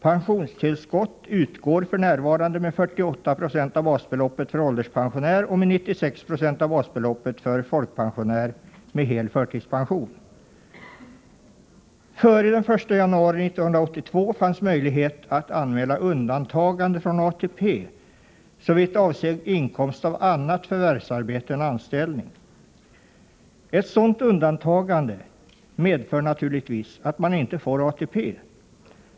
Pensionstillskott utgår för närvarande med 48 90 av basbeloppet för ålderspensionär och med 96 96 av basbeloppet för folkpensionär med hel förtidspension. Före den 1 januari 1982 fanns möjlighet att anmäla undantagande från ATP såvitt avsåg inkomst av annat förvärvsarbete än anställning. Ett sådant undantagande medför naturligtvis att man inte får ATP.